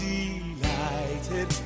delighted